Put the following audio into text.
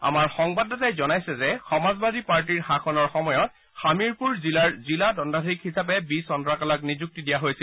আমাৰ সংবাদদাতাই জনাইছে যে সমাজবাদী পাৰ্টীৰ শাসনৰ সময়ত হামিৰপুৰ জিলাৰ জিলা দগুধীশ হিচাপে বি চন্দ্ৰকলাক নিযুক্তি দিছিল